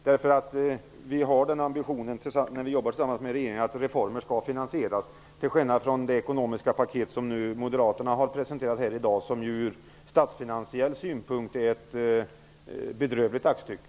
När vi jobbar tillsammans med regeringen har vi ambitionen att reformer skall finansieras, till skillnad mot det ekonomiska paket som moderaterna har presenterat här i dag. Ur statsfinansiell synpunkt är det ett bedrövligt aktstycke.